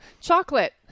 chocolate